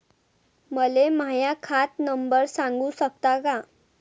मले माह्या खात नंबर सांगु सकता का?